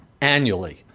annually